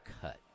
cut